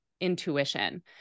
intuition